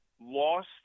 Lost